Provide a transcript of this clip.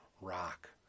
rock